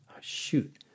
shoot